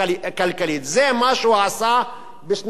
זה מה שהוא עשה בשנת 2003,